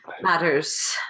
matters